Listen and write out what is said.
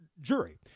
jury